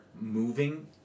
Moving